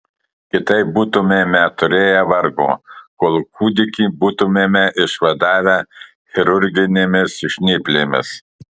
kitaip būtumėme turėję vargo kol kūdikį būtumėme išvadavę chirurginėmis žnyplėmis